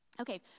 Okay